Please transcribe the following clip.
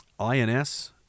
INS